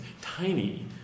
tiny